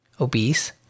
obese